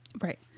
Right